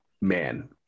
man